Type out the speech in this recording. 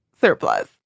surplus